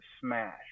smash